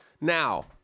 Now